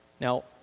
Now